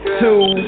two